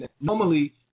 normally